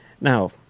Now